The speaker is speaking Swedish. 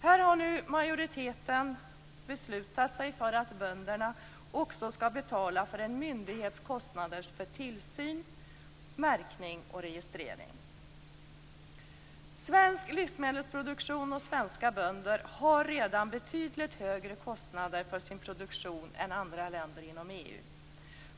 Här har majoriteten beslutat sig för att bönderna nu också skall betala för en myndighets kostnader för tillsyn, märkning och registrering. Svensk livsmedelsproduktion och svenska bönder har redan betydligt högre kostnader för sin produktion än man har i andra länder inom EU.